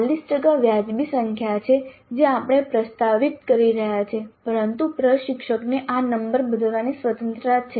40 ટકા વાજબી સંખ્યા છે જે આપણે પ્રસ્તાવિત કરી રહ્યા છીએ પરંતુ પ્રશિક્ષકને આ નંબર બદલવાની સ્વતંત્રતા છે